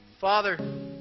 Father